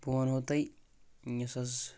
بہٕ ونہو تۄہہِ یۄس حظ